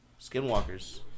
Skinwalkers